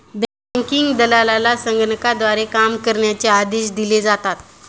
banking दलालाला संगणकाद्वारे काम करण्याचे आदेश दिले जातात